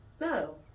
no